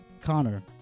Connor